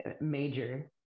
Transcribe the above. major